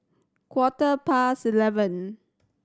quarter past eleven